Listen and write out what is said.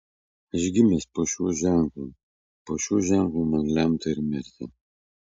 aš gimęs po šiuo ženklu po šiuo ženklu man lemta ir mirti